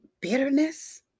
bitterness